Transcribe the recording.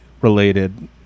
related